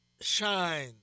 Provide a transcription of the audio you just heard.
shine